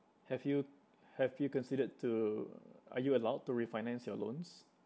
have you have you considered to are you allowed to refinance your loans